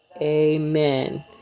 amen